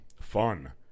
fun